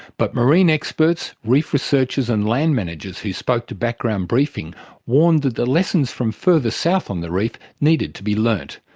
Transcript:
but marine experts, reef researchers and land managers who spoke to background briefing warned that the lessons from further south on the reef needed to be learnt,